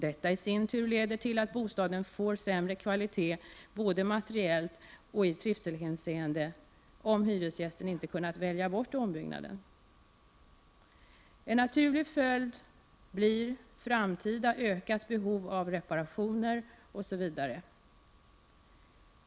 Detta leder i sin tur till att bostaden får sämre kvalitet, både materiellt och i trivselhänseende, om hyresgästen inte kunnat välja bort ombyggnaden. En naturlig följd blir framtida ökat behov av reparationer osv.